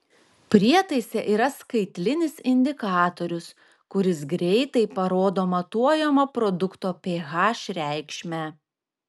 prietaise yra skaitlinis indikatorius kuris greitai parodo matuojamo produkto ph reikšmę